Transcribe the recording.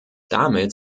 damit